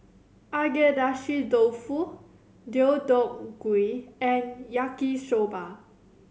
Agedashi Dofu Deodeok Gui and Yaki Soba